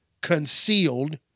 concealed